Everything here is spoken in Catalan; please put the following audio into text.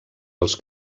els